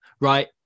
right